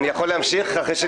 אני לא רוצה לדבר בשמו.